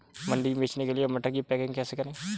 मंडी में बेचने के लिए मटर की पैकेजिंग कैसे करें?